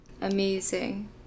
Amazing